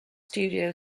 studio